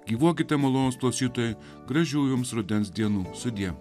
gyvuokite malonūs klausytojai gražių jums rudens dienų sudie